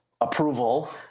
approval